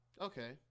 okay